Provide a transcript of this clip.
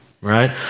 Right